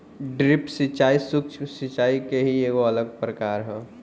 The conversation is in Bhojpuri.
ड्रिप सिंचाई, सूक्ष्म सिचाई के ही एगो अलग प्रकार ह